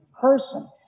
person